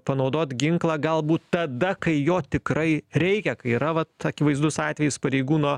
panaudot ginklą galbūt tada kai jo tikrai reikia kai yra vat akivaizdus atvejis pareigūno